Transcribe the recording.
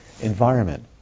environment